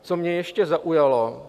Co mě ještě zaujalo.